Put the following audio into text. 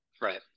right